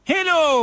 Hello